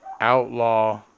Outlaw